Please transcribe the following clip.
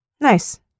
nice